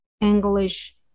English